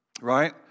right